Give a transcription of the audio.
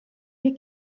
mir